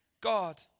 God